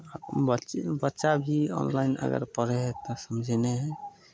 बच्चे बच्चा भी ऑनलाइन अगर पढ़ै हइ तऽ समझै नहि हइ